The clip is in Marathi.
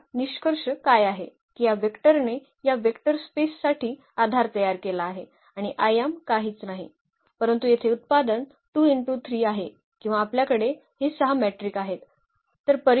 तर हा निष्कर्ष काय आहे की या वेक्टरने या वेक्टर स्पेससाठी आधार तयार केला आहे आणि आयाम काहीच नाही परंतु येथे उत्पादन 2 × 3 आहे किंवा आपल्याकडे हे 6 मॅट्रिक आहेत